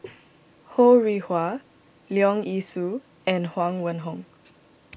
Ho Rih Hwa Leong Yee Soo and Huang Wenhong